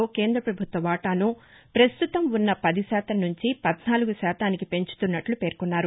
లో కేంద్ర పభుత్వ వాటాను పస్తుతం ఉన్న పదిశాతం సుంచి పధ్నాలుగు శాతానికి పెంచుతున్నట్లు పేర్కొన్నారు